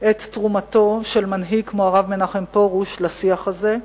את תרומתו של מנהיג כמו הרב מנחם פרוש לשיח הזה,